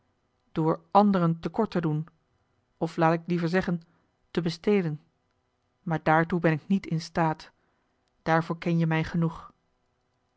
door anderen te kort te doen of laat ik liever zeggen te bestelen maar daartoe ben ik niet in staat daarvoor ken je mij genoeg